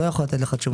לא יכול לתת לך תשובות.